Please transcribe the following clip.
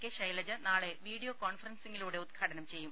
K Shailaja നാളെ video കോൺഫറൻസിംഗിലൂടെ ഉദ്ഘാടനം ചെയ്യും